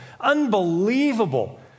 unbelievable